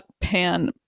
pan